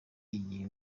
igihe